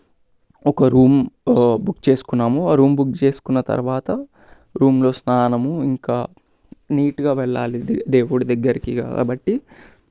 ఒక room book చేసుకున్నాము ఆ రూమ్ బుక్ చేసుకున్న తర్వాత రూమ్లో స్నానము ఇంకా నీట్గా వెళ్ళాలి దేవుడు దగ్గరకి కాబట్టి